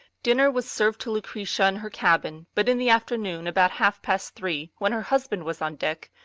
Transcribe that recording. dinner was served to lucretia in her cabin, but in the afternoon, about half-past three, when her husband was on deck,